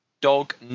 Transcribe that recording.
Dog